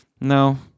No